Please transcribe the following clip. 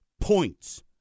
points